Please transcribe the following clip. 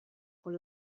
con